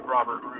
Robert